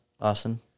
Austin